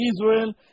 Israel